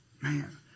Man